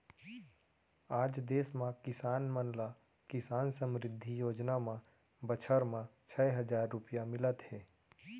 आज देस म किसान मन ल किसान समृद्धि योजना म बछर म छै हजार रूपिया मिलत हे